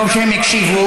טוב שהם הקשיבו.